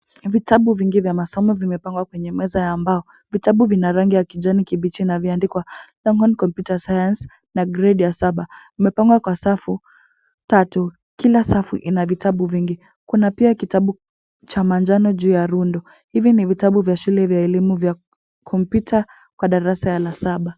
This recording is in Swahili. Vitabu vingi vya masomo vimepangwa kwenye meza ya mbao. Vitabu ni vya kijani kibichi na vimeandikwa Longhorn Computer Science na gredi ya saba. Vimepangwa kwa safu tatu. Kila safu ina vitabu vingi. Pia kuna kitabu cha manjano juu ya rundo. Hivi ni vitabu vya shule vya Computer kwa darasa la saba.